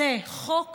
זה חוק